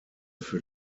für